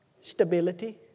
Stability